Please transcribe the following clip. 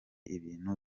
ibintu